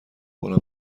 کنم